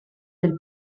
del